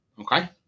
Okay